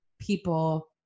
people